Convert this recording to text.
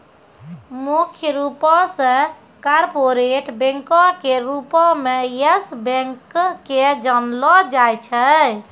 मुख्य रूपो से कार्पोरेट बैंको के रूपो मे यस बैंक के जानलो जाय छै